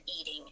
eating